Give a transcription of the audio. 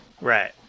Right